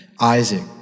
Isaac